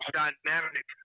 dynamic